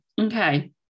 okay